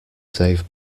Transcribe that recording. save